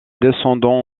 descendant